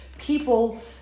People